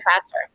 faster